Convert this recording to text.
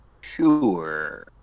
Sure